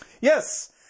Yes